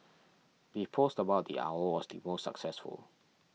the post about the owl was the most successful